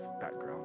background